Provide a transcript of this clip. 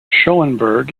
schoenberg